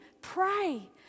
pray